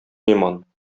иман